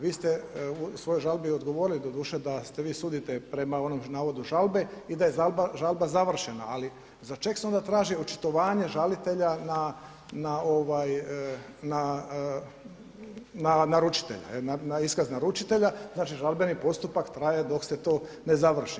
Vi ste u svojoj žalbi odgovori doduše da vi sudite prema onom navodu žalbe i da je žalba završena, ali za čeg se onda traži očitovanje žalitelja na naručitelja na iskaz naručitelja, znači žalbeni postupak traje dok se to ne završi.